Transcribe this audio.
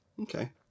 Okay